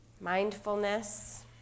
mindfulness